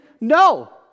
No